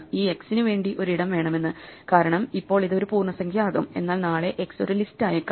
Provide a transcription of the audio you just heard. ഈ X നു വേണ്ടി ഒരു ഇടം വേണമെന്ന് കാരണം ഇപ്പോൾ ഇത് ഒരു പൂർണ്ണസംഖ്യ ആകും എന്നാൽ നാളെ X ഒരു ലിസ്റ്റ് ആയേക്കാം